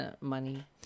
money